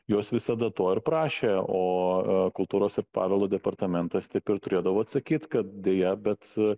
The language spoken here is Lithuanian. jos visada to ir prašė o kultūros ir paveldo departamentas taip ir turėdavo atsakyt kad deja bet